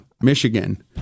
Michigan